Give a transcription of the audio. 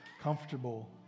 comfortable